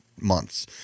months